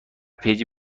پیجی